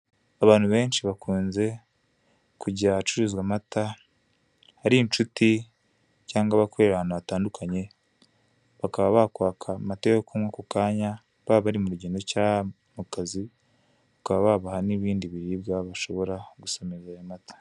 Abantu benshi bakunze kujya ahacururizwa amata, ari nshuti cyangwa abakorera ahantu hatandukanye, bakaba bakwaka amata yo kunywa ako kanya, baba bari mu rugendo cya mu kazi, bakaba babaha n'ibindi biribwa bashobora gusomeza ayo mata.